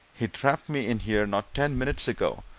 he trapped me in here, not ten minutes ago,